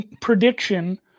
prediction